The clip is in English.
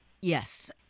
Yes